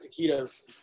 taquitos